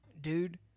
dude